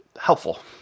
helpful